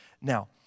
Now